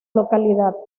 localidad